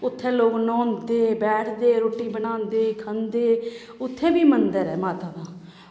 उत्थें लोग न्हौंदे बैठदे रुट्टी बनांदे खंदे उत्थें बी मन्दर ऐ माता दा